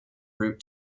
route